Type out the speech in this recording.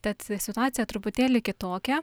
tad situacija truputėlį kitokia